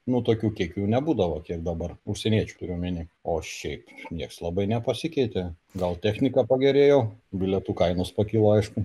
nu tokių kiekių nebūdavo kiek dabar užsieniečių turiu omeny o šiaip nieks labai nepasikeitė gal technika pagerėjo bilietų kainos pakilo aišku